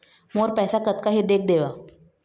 मोर पैसा कतका हे देख देव?